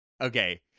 Okay